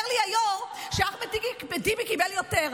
אומר לי היו"ר שאחמד טיבי קיבל יותר.